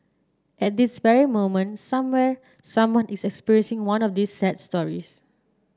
at this very moment somewhere someone is experiencing one of these sad stories